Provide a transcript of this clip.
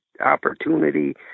Opportunity